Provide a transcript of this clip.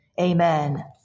amen